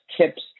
TIPS